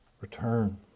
return